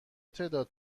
تعداد